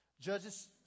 Judges